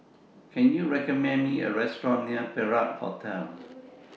Can YOU recommend Me A Restaurant near Perak Hotel